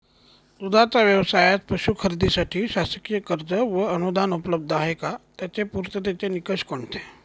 दूधाचा व्यवसायास पशू खरेदीसाठी शासकीय कर्ज व अनुदान उपलब्ध आहे का? त्याचे पूर्ततेचे निकष कोणते?